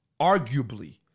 arguably